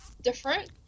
different